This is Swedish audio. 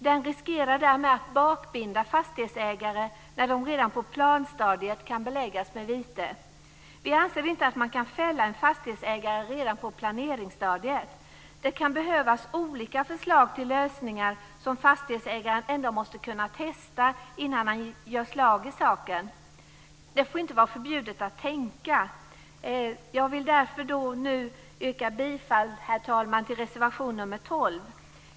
Den riskerar därmed att bakbinda fastighetsägare när de redan på planstadiet kan beläggas med vite. Vi anser inte att man kan fälla en fastighetsägare redan på planeringsstadiet. Det kan behövas olika förslag till lösningar som fastighetsägaren ändå måste kunna testa innan han eller hon gör slag i saken. Det får inte vara förbjudet att tänka. Jag vill därför yrka bifall, herr talman, till reservation nr 12.